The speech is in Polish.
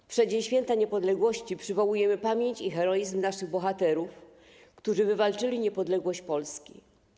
W przeddzień święta niepodległości przywołujemy pamięć i heroizm naszych bohaterów, którzy wywalczyli niepodległość Polski.